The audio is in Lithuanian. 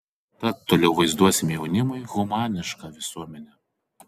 tad toliau vaizduosime jaunimui humanišką visuomenę